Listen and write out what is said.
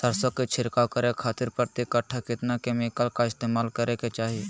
सरसों के छिड़काव करे खातिर प्रति कट्ठा कितना केमिकल का इस्तेमाल करे के चाही?